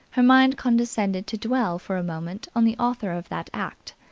her mind condescended to dwell for a moment on the author of that act,